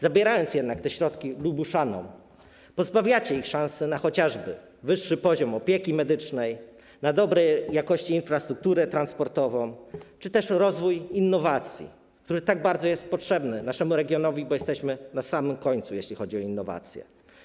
Zabierając te środki Lubuszanom, pozbawiacie ich szansy chociażby na wyższy poziom opieki medycznej, dobrej jakości infrastrukturę transportową czy też rozwój innowacji, który jest tak bardzo potrzebny naszemu regionowi, bo jesteśmy na samym końcu, jeśli chodzi o innowacje.